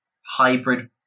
hybrid